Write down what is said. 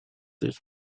this